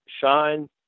shine